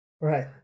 Right